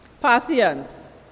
Parthians